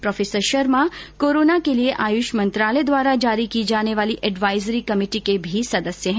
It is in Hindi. प्रो शर्मा कोरोना के लिए आयुष मंत्रालय द्वारा जारी की जाने वाली एडवाइजरी कमेटी के भी सदस्य है